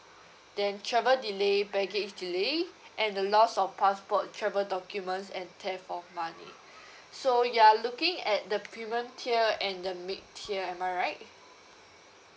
then travel delay baggage delay and the loss of passport travel documents and theft of money so you are looking at the premium tier and the mid tier am I right